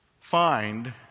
Find